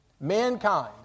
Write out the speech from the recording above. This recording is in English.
mankind